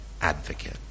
advocate